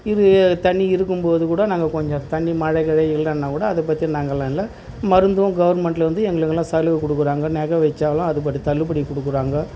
இது தண்ணி இருக்கும்போது கூட நாங்கள் கொஞ்சம் தண்ணி மழை கிழை இல்லைன்னா கூட அதைப் பற்றி நாங்கள்லாம் இல்லை மருந்தும் கவுர்மெண்ட்லேருந்து எங்களுக்கெல்லாம் சலுகை கொடுக்குறாங்க நகை வச்சாலும் அதுப்படி தள்ளுபடி கொடுக்குறாங்க